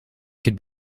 could